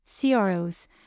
CROs